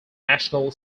national